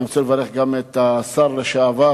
אני רוצה לברך גם את השר לשעבר,